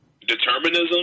determinism